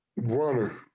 runner